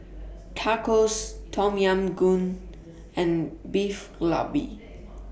Tacos Tom Yam Goong and Beef Galbi